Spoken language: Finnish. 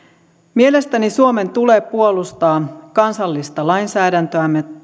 mielestäni suomen tulee puolustaa kansallista lainsäädäntöämme